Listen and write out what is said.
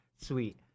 Sweet